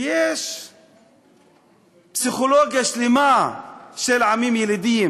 ויש פסיכולוגיה שלמה של עמים ילידים.